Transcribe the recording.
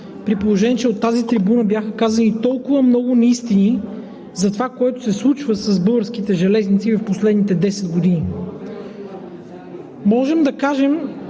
при положение че от тази трибуна бяха казани толкова много неистини за това какво се случва с българските железници в последните 10 години, нямаше как